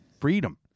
freedom